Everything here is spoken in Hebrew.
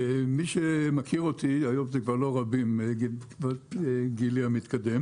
מי שמכיר אותי היום זה כבר לא רבים בגילי המתקדם